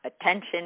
attention